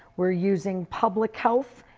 we are using public health,